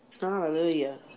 Hallelujah